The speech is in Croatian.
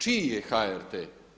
Čiji je HRT?